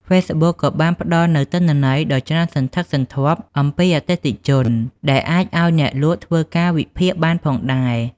ហ្វេសប៊ុកក៏បានផ្តល់នូវទិន្នន័យ ដ៏ច្រើនសន្ធឹកសន្ធាប់អំពីអតិថិជនដែលអាចឱ្យអ្នកលក់ធ្វើការវិភាគបានផងដែរ។